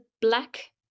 black